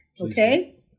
Okay